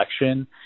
election